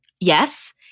Yes